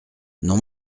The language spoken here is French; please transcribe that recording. non